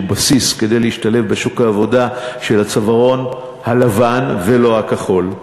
בסיס כדי להשתלב בשוק העבודה של הצווארון הלבן ולא הכחול.